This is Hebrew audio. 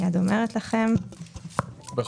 אני שואל על